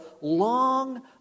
long